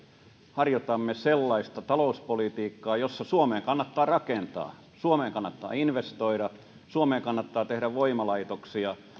harjoitamme sellaista talouspolitiikkaa jossa suomeen kannattaa rakentaa suomeen kannattaa investoida suomeen kannattaa tehdä voimalaitoksia